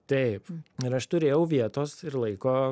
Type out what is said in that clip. taip ir aš turėjau vietos ir laiko